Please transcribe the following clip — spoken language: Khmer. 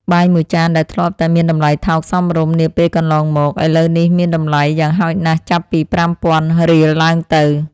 បាយមួយចានដែលធ្លាប់តែមានតម្លៃថោកសមរម្យនាពេលកន្លងមក ឥឡូវនេះមានតម្លៃយ៉ាងហោចណាស់ចាប់ពីប្រាំពាន់រៀលឡើងទៅ។